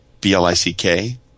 B-L-I-C-K